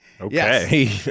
Okay